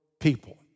people